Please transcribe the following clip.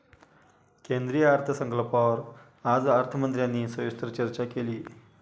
केंद्रीय अर्थसंकल्पावर आज अर्थमंत्र्यांनी सविस्तर चर्चा केली